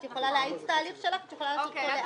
את יכולה להאיץ את ההליך שלך ואת יכולה לעשות אותו לאט.